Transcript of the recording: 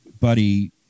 buddy